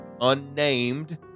unnamed